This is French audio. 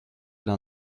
dans